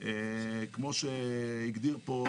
כמו שהגדיר פה,